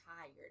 tired